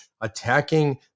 attacking